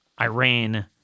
Iran